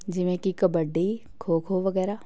ਜਿਵੇਂ ਕਿ ਕਬੱਡੀ ਖੋ ਖੋ ਵਗੈਰਾ